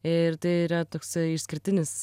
ir tai yra toksai išskirtinis